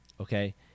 okay